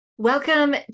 Welcome